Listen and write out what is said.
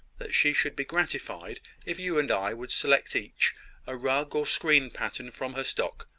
that she should be gratified if you and i would select each a rug or screen pattern from her stock,